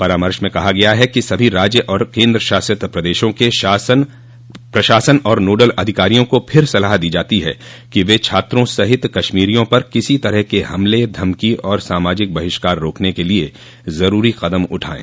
परामर्श में कहा गया है कि सभी राज्य और केंद्र शासित प्रदेशों के प्रशासन और नोडल अधिकारियों को फिर सलाह दी जाती है कि वे छात्रों सहित कश्मीरियों पर किसी तरह के हमले धमकी और सामाजिक बहिष्कार रोकने के लिए ज़रूरी कदम उठाएं